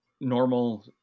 normal